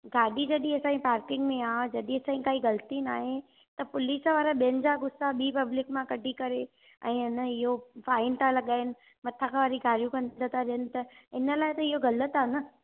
गाॾी जॾहिं असांजी पार्किंग मे आहे जॾहिं असांजी काई ग़लिती ना आहे त पुलिस वारा ॿियनि जा गुस्सा ॿी पब्लिक मां कढी करे ऐं हिन इहो फाईन था लॻाइनि मथां खां वरी गारियूं गंद था ॾियनि त इन लाइ त इहो ग़लति आहे न